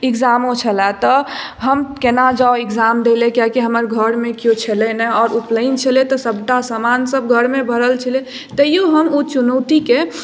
एक्जामो छलय तऽ हम केना जाउ एग्जाम देलै कियाकी हमर घरमे केओ छलै नहि आओर उपनयन छलै तऽ सभटा सामानसभ घरमे भरल छलै तैयो हम ओ चुनौतीके